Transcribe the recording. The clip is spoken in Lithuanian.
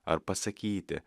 ar pasakyti